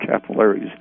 capillaries